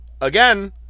Again